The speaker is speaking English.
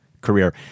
career